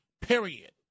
period